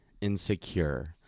insecure